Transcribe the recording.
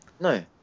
no